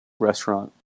Restaurant